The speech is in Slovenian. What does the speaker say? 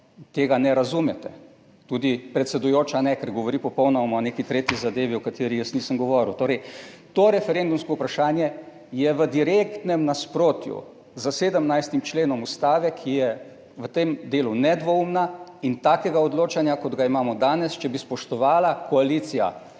tega ne razumete, tudi predsedujoča ne, ker govori popolnoma o neki tretji zadevi, o kateri jaz nisem govoril. Torej to referendumsko vprašanje je v direktnem nasprotju s 17. členom Ustave, ki je v tem delu nedvoumna in takega odločanja kot ga imamo danes, če bi spoštovala koalicija